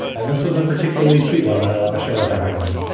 and this was a particularly sweet one that i want to share with everyone.